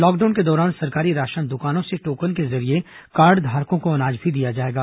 lockdown के दौरान सरकारी राशन दुकानों से टोकन के जरिए कार्डधारकों को अनाज भी दिया जाएगा